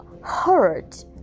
hurt